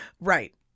Right